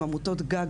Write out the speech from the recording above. הן עמותות גג,